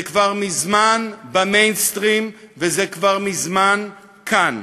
זה כבר מזמן במיינסטרים, וזה כבר מזמן כאן.